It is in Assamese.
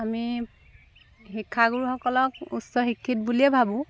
আমি শিক্ষাগুৰুসকলক উচ্চ শিক্ষিত বুলিয়েই ভাবোঁ